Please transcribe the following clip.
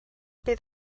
bydd